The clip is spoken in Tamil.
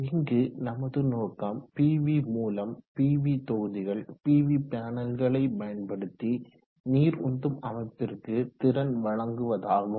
இங்கு நமது நோக்கம் பிவி மூலம் பிவி தொகுதிகள் பிவி பேனல்களை பயன்படுத்தி நீர் உந்தும் அமைப்பிற்கு திறன் வழங்குவதாகும்